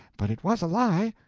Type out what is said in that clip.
but it was a lie.